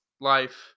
life